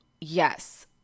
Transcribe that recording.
yes